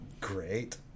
Great